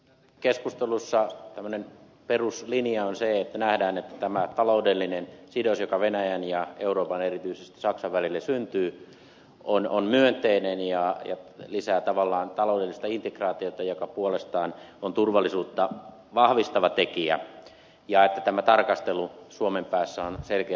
keskustelussa tämmöinen peruslinja on se että nähdään että tämä taloudellinen sidos joka venäjän ja euroopan erityisesti saksan välille syntyy on myönteinen ja lisää tavallaan taloudellista integraatiota joka puolestaan on turvallisuutta vahvistava tekijä ja että tämä tarkastelu suomen päässä on selkeästi ympäristötarkastelu